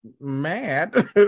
mad